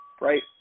right